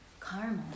Caramel